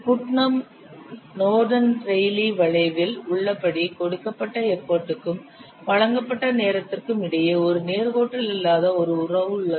Putnam Norden Rayleigh வளைவில் உள்ளபடி கொடுக்கப்பட்ட எஃபர்ட்டுக்கும் வழங்கப்பட்ட நேரத்திற்கும் இடையே ஒரு நேர்கோட்டில் இல்லாத உறவு உள்ளது